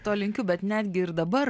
to linkiu bet netgi ir dabar